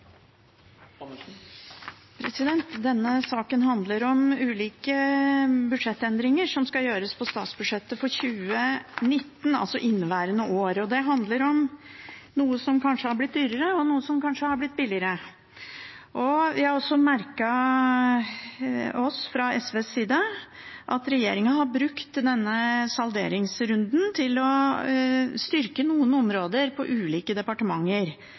Denne saken handler om ulike budsjettendringer som skal gjøres på statsbudsjettet for 2019, altså inneværende år. Det handler om noe som kanskje har blitt dyrere, og noe som kanskje har blitt billigere. Fra SVs side har vi også merket oss at regjeringen har brukt denne salderingsrunden til å styrke noen områder på ulike departementer,